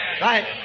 Right